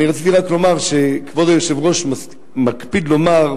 אני רציתי רק לומר שכבוד היושב-ראש מקפיד לומר,